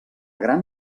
gran